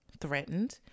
threatened